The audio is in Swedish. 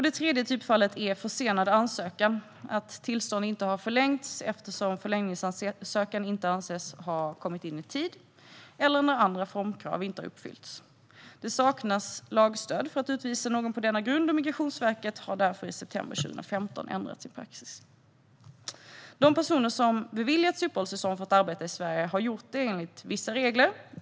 Det tredje typfallet är försenad ansökan, det vill säga att tillstånd inte har förlängts eftersom förlängningsansökan inte anses ha kommit in i tid eller när andra formkrav inte har uppfyllts. Det saknas lagstöd för att utvisa någon på denna grund, och Migrationsverket har därför i september 2015 ändrat sin praxis. De personer som har beviljats uppehållstillstånd för att arbeta i Sverige har ansökt enligt vissa regler.